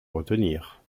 retenir